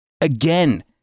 Again